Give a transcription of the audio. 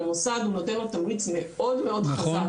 זה נותן למוסד תמריץ מאוד מאוד חזק